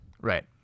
right